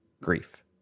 grief